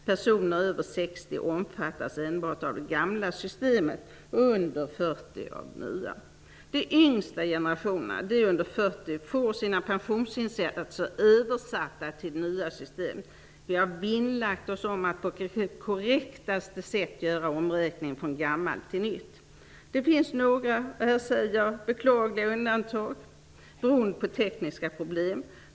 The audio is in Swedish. Personer över 60 år omfattas enbart av det gamla systemet, och personer under 40 år omfattas enbart av det nya systemet. får sina pensionsinsättningar översatta till det nya systemet. Vi har vinnlagt oss om att på det mest korrekta sättet göra en omräkning från det gamla systemet till det nya. Det finns några -- som jag ser det -- beklagliga undantag beroende på tekniska problem.